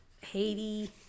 haiti